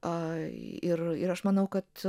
a ir ir aš manau kad